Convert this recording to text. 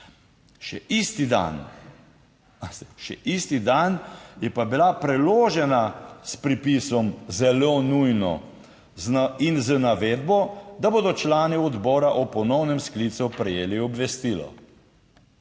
še isti dan je pa bila preložena s pripisom: zelo nujno in z navedbo, da bodo člani odbora o ponovnem sklicu prejeli obvestilo.